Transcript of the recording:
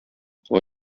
куа